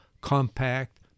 compact